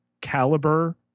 caliber